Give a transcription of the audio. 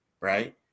Right